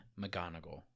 McGonagall